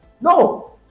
no